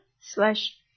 slash